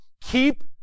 Keep